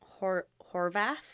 Horvath